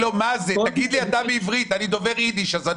להגיע לפחות הביתה.